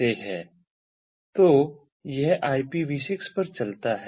तो यह IPV6 पर चलता है